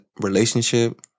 relationship